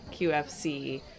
QFC